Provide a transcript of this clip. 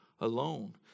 alone